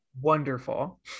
wonderful